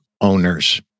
owners